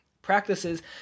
practices